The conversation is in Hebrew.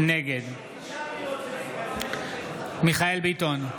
נגד מיכאל מרדכי ביטון,